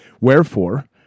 Wherefore